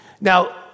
Now